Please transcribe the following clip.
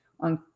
on